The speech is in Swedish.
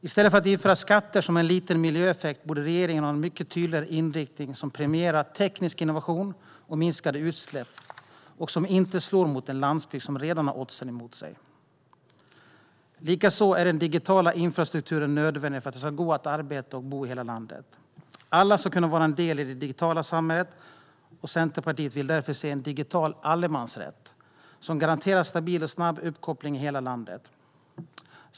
I stället för att införa skatter som har liten miljöeffekt borde regeringen ha en mycket tydligare inriktning som premierar teknisk innovation och minskade utsläpp och som inte slår mot en landsbygd som redan har oddsen emot sig. Likaså är den digitala infrastrukturen nödvändig för att det ska gå att arbeta och bo i hela landet. Alla ska kunna vara en del i det digitala samhället, och Centerpartiet vill därför se en digital allemansrätt som garanterar stabil och snabb uppkoppling i hela landet.